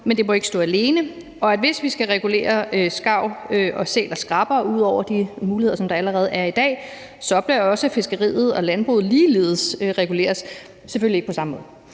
men det må ikke stå alene, og at hvis vi skal regulere skarver og sæler skrappere ud over de muligheder, som der allerede er i dag, bør fiskeriet og landbruget ligeledes reguleres, men selvfølgelig ikke på samme måde.